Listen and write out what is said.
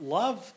love